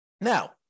Now